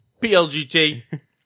PLGT